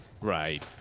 right